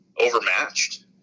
overmatched